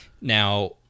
Now